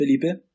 Felipe